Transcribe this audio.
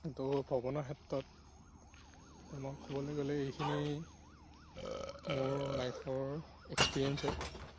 ত' ভ্ৰমণৰ ক্ষেত্ৰত এতিয়া মই ক'বলৈ গ'লে এইখিনিয়েই মোৰ লাইফৰ এক্সপেৰিয়েন্স হয়